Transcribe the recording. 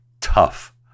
tough